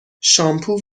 شامپو